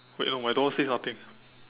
wait no my door says nothing